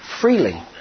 freely